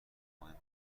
مهم